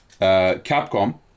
Capcom